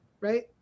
right